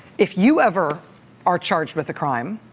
if you ever are charged with a crime,